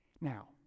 Now